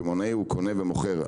קמעונאי הוא קונה ומוכר,